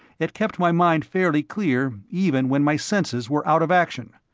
it kept my mind fairly clear even when my senses were out of action.